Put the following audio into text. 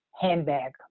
handbag